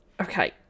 Okay